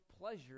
pleasure